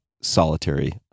solitary